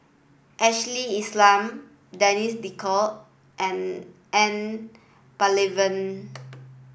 Ashley Isham Denis D'Cotta and N Palanivelu